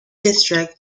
district